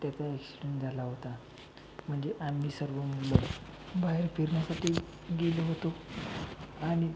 त्याचा ॲक्शिडण जाला ओता मंजे आम्मी सर्व मुलं बाहेर फिरन्यासाटी गेलो होतो आनि